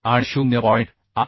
आणि 0